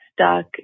stuck